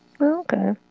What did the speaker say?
Okay